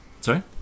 Sorry